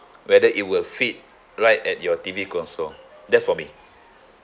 whether it will fit right at your T_V console that's for me